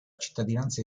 cittadinanza